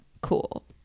cool